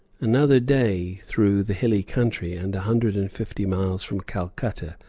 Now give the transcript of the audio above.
another day through the hilly country and, a hundred and fifty miles from calcutta,